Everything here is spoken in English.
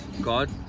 God